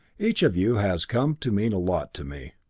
each of you has come to mean a lot to me.